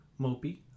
mopey